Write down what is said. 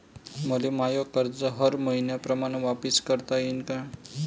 मले माय कर्ज हर मईन्याप्रमाणं वापिस करता येईन का?